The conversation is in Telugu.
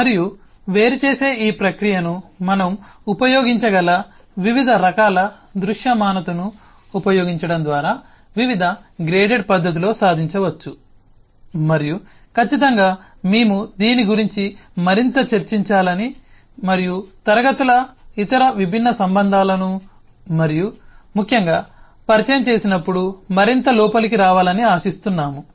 మరియు వేరుచేసే ఈ ప్రక్రియను మనం ఉపయోగించగల వివిధ రకాల దృశ్యమానతను ఉపయోగించడం ద్వారా వివిధ గ్రేడెడ్ పద్ధతిలో సాధించవచ్చు మరియు ఖచ్చితంగా మేము దీని గురించి మరింత చర్చించాలని మరియు క్లాస్ ల ఇతర విభిన్న సంబంధాలను మరియు ముఖ్యంగా పరిచయం చేసినప్పుడు మరింత లోపలికి రావాలని ఆశిస్తున్నాము